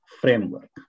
framework